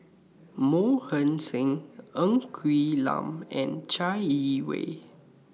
Mohan Singh Ng Quee Lam and Chai Yee Wei